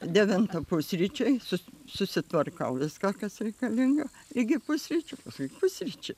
devintą pusryčiai su susitvarkau viską kas reikalinga iki pusryčių paskui pusryčiai